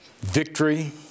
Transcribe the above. Victory